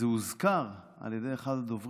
אנחנו מדברים